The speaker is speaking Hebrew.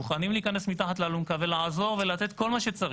מוכנים להיכנס מתחת לאלונקה ולעזור ולתת כל מה שצריך,